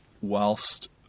whilst